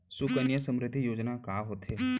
सुकन्या समृद्धि योजना का होथे